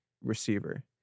receiver